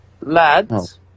Lads